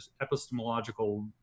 epistemological